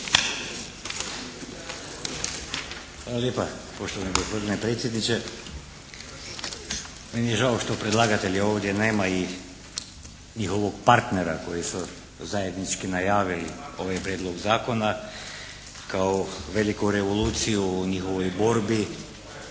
Hvala lijepa poštovani gospodine predsjedniče. Meni je žao što predlagatelja ovdje nema i njihovog partnera koji su zajednički najavili ovaj prijedlog zakona kao veliku revoluciju u njihovoj borbi